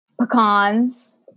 pecans